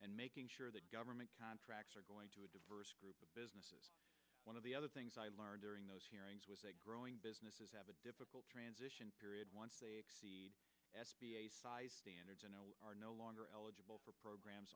and making sure that government contracts are going to a diverse group of businesses one of the other things i learned during those hearings was a growing businesses have a difficult transition period once they exceed standards and are no longer eligible for programs